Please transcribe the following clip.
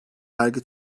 vergi